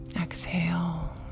exhale